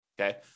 Okay